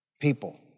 people